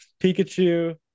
pikachu